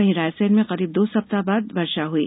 वहीं रायसेन में करीब दो सप्ताह बाद वर्षा हुई